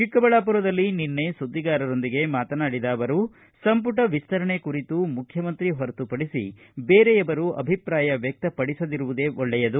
ಚಿಕ್ಕಬಳ್ಳಾಪುರದಲ್ಲಿ ನಿನ್ನೆ ಸುದ್ದಿಗಾರರೊಂದಿಗೆ ಮಾತನಾಡಿದ ಅವರು ಸಂಪುಟ ವಿಸ್ತರಣೆ ಕುರಿತು ಮುಖ್ಚಮಂತ್ರಿ ಹೊರತುಪಡಿಸಿ ಬೇರೆಯವರು ಅಭಿಪ್ರಾಯ ವ್ಯಕ್ತಪಡಿಸದಿರುವುದೇ ಒಳ್ಳೆಯದು